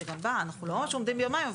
שבה אנחנו לא ממש עומדים ביומיים,